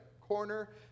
corner